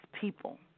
people